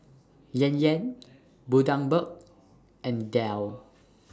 Yan Yan Bundaberg and Dell